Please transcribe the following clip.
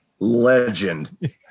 Legend